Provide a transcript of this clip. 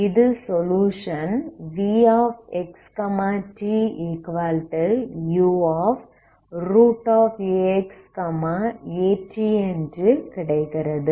இது solution vxtuaxat என்று கிடைக்கிறது